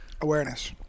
awareness